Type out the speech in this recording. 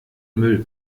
müll